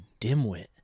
dimwit